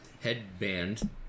headband